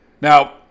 Now